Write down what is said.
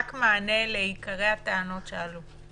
רק מענה לעיקרי הטענות שעלו.